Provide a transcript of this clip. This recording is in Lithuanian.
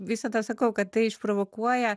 visada sakau kad tai išprovokuoja